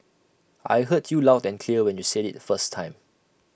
I heard you loud and clear when you said IT the first time